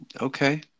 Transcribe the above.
okay